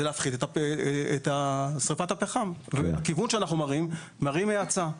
להפחית את שריפת הפחם והכיוון שאנחנו מראים מראה האצה.